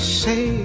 say